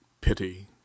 Pity